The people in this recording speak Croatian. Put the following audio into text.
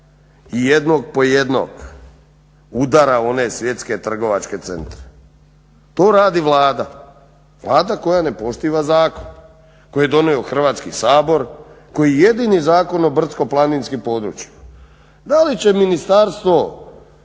i jednog po jednog udara u one svjetske trgovačke centre. To radi Vlada, Vlada koja ne poštiva zakon koji je donio Hrvatski sabor koji je jedini Zakon o brdsko-planinskim područjima. Da li će Ministarstvo